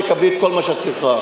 תקבלי את כל מה שאת צריכה.